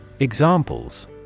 Examples